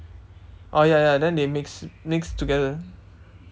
oh ya ya ya then they mix mix together